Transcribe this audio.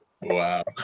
Wow